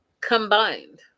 combined